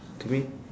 to me